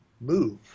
move